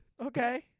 Okay